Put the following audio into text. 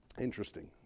Interesting